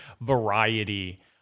variety